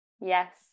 Yes